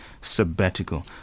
sabbatical